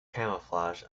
camouflage